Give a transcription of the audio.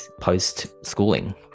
post-schooling